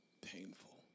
painful